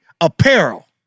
apparel